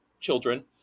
children